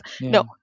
No